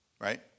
right